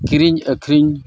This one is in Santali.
ᱠᱤᱨᱤᱧᱼᱟᱹᱠᱷᱨᱤᱧ